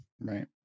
right